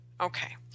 Okay